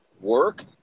work